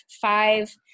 five